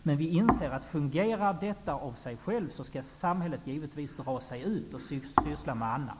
Men fungerar kapitalförsörjningen av sig själv, skall samhället givetvis dra sig ur och syssla med annat.